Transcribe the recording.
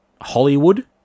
Hollywood